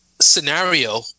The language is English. scenario